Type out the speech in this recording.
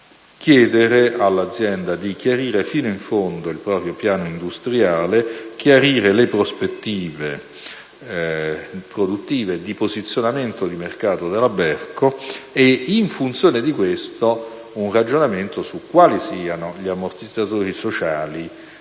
chiedere all'azienda di chiarire fino in fondo il proprio piano industriale, chiarire le prospettive produttive e di posizionamento di mercato della Berco e, in funzione di questo, fare un ragionamento su quali siano gli ammortizzatori sociali